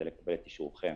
כדי לקבל את אישורכם